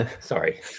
Sorry